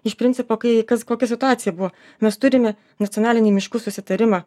iš principo kai kas kokia situacija buvo mes turime nacionalinį miškų susitarimą